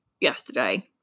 yesterday